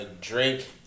Drake